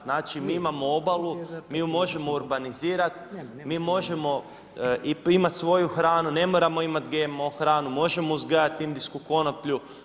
Znači mi imamo obalu, mi ju možemo urbanizirati, mi možemo i imati svoju hranu, ne moramo imati GMO hranu, možemo uzgajati indijsku konoplju.